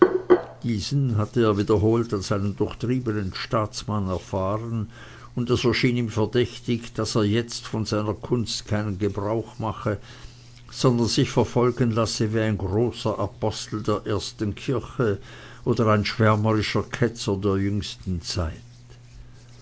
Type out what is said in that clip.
diesen hatte er wiederholt als einen durchtriebenen staatsmann erfahren und es erschien ihm verdächtig daß er jetzt von seiner kunst keinen gebrauch mache sondern sich verfolgen lasse wie ein großer apostel der ersten kirche oder ein schwärmerischer ketzer der jüngsten zeit